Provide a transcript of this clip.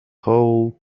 whole